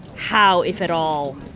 how, if at all,